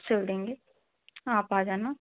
सिल देंगे आप आ जाना